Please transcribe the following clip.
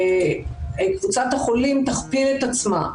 שקבוצת החולים תכפיל את עצמה.